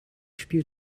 spiel